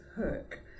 hook